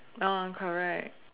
now I'm correct